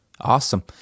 Awesome